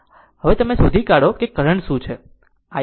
તેથી પહેલા તમે શોધી કાઢો કે કરંટ શું છે